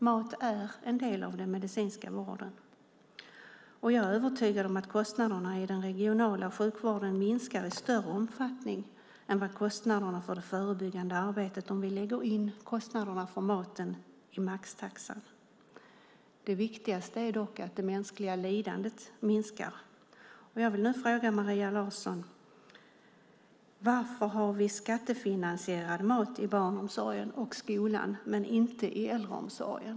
Mat är en del av den medicinska vården. Jag är övertygad om att kostnaderna i den regionala sjukvården minskar i större omfattning än vad kostnaderna för det förebyggande arbetet ökar om vi lägger in kostnaderna för maten i maxtaxan. Det viktigaste är dock att det mänskliga lidandet minskar. Jag vill nu ställa en fråga till Maria Larsson. Varför har vi skattefinansierad mat i barnomsorgen och skolan men inte i äldreomsorgen?